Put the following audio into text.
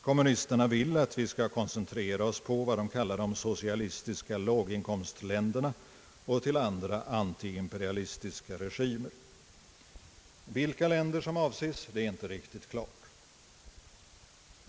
Kommunisterna vill att vi skall koncentrera oss på vad de kallar de socialistiska låginkomstländerna och till andra antiimperialistiska regimer. Vilka länder som avses är inte riktigt klart.